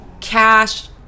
cash